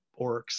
orcs